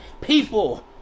people